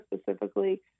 specifically